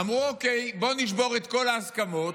אמרו: אוקיי, בואו נשבור את כל ההסכמות.